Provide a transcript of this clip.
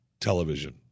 television